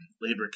labor